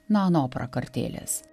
nano prakartėlės